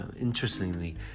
Interestingly